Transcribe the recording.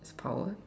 it's powered